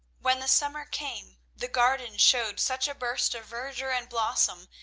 when the summer came, the garden showed such a burst of verdure and blossom,